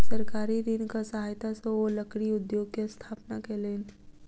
सरकारी ऋणक सहायता सॅ ओ लकड़ी उद्योग के स्थापना कयलैन